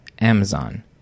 Amazon